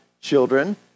children